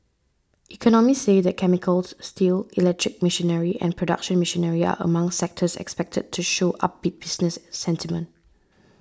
economists say that chemicals steel electric machinery and production machinery are among sectors expected to show upbeat business sentiment